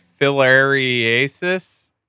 filariasis